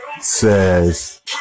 says